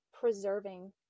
preserving